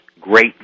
great